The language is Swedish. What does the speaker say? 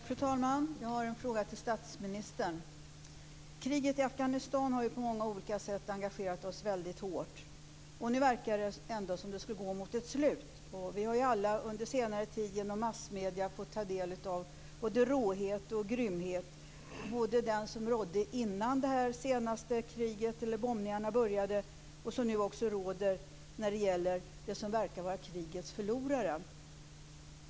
Fru talman! Jag har en fråga till statsministern. Kriget i Afghanistan har på många olika sätt engagerat oss väldigt hårt. Nu verkar det ändå som att det skulle gå mot sitt slut. Vi har alla under senare tid genom massmedierna fått ta del av den både råhet och grymhet som rådde innan bombningarna började och som nu också råder när det gäller de som verkar att vara krigets förlorare.